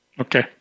Okay